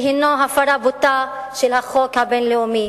שהינו הפרה בוטה של החוק הבין-לאומי.